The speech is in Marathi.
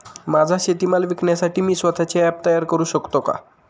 माझा शेतीमाल विकण्यासाठी मी स्वत:चे ॲप तयार करु शकतो का?